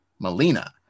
Melina